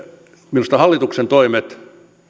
minusta hallituksen toimet